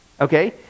Okay